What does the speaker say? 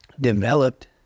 developed